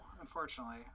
unfortunately